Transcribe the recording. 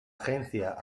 agencia